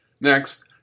Next